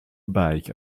bike